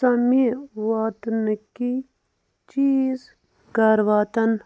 ژَمہِ واتنٕکی چیٖز کَر واتَن